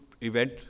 event